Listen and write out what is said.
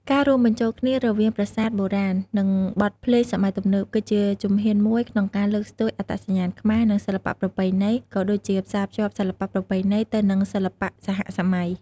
ការរួមបញ្ចូលគ្នារវាងប្រាសាទបុរាណ និងបទភ្លេងសម័យទំនើប គឺជាជំហានមួយក្នុងការលើកស្ទួយអត្តសញ្ញាណខ្មែរ និងសិល្បៈប្រពៃណី ក៏ដូចជាផ្សារភ្ជាប់សិល្បៈប្រពៃណីទៅនឹងសិល្បៈសហសម័យ។